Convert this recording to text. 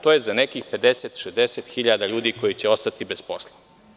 To je za nekih 50.000, 60.000 ljudi koji će ostati bez posla.